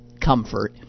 comfort